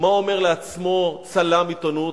מה אומר לעצמו צלם עיתונות?